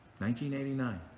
1989